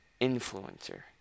influencer